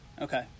Okay